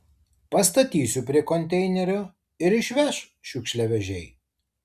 pastatysiu prie konteinerio ir išveš šiukšliavežiai